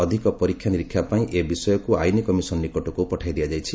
ଅଧିକ ପରୀକ୍ଷା ନିରୀକ୍ଷା ପାଇଁ ଏ ବିଷୟକୁ ଆଇନ କମିଶନ୍ ନିକଟକୁ ପଠାଇ ଦିଆଯାଇଛି